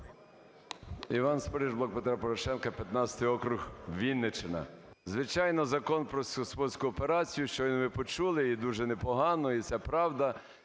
Іван Спориш, "Блок Петра Порошенка", 15 округ, Вінниччина. Звичайно, Закон про сільськогосподарську кооперацію щойно ви почули, і дуже непогано, і це правда.